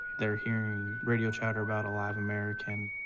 they're hearing radio chatter about a live american.